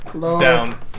Down